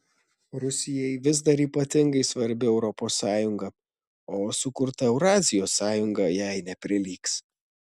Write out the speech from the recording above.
rusijai vis dar ypatingai svarbi europos sąjunga o sukurta eurazijos sąjunga jai neprilygs